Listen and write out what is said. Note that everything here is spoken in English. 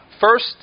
first